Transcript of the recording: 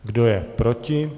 Kdo je proti?